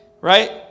right